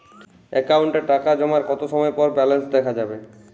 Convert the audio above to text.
অ্যাকাউন্টে টাকা জমার কতো সময় পর ব্যালেন্স দেখা যাবে?